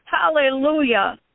Hallelujah